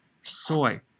soy